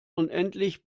unendlich